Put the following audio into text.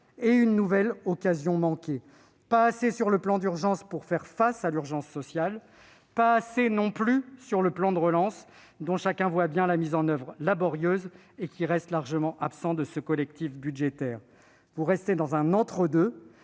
et une nouvelle occasion manquée : pas assez sur le plan d'urgence pour faire face à l'urgence sociale ; pas assez non plus sur le plan de relance, dont chacun constate la mise en oeuvre laborieuse, et qui reste largement absent de ce collectif budgétaire. Vous restez dans un entre-deux